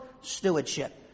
Stewardship